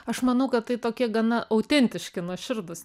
aš manau kad tai tokie gana autentiški nuoširdūs